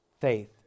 faith